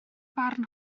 barn